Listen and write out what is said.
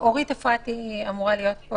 אורית אפרתי צריכה להיות פה,